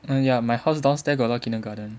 and ya my house downstair got a lot of kindergarten